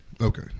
Okay